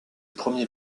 premier